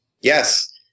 Yes